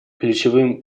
ключевым